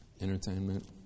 Entertainment